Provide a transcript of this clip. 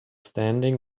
standing